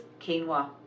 quinoa